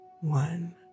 one